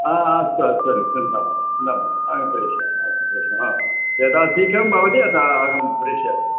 अस्तु अस्तु चिन्ता मास्तु चिन्ता मास्तु अहं प्रेषयामि अस्तु प्रेषयामि यथा शीघ्रं भवति अतः अहं प्रेषयामि